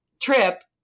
trip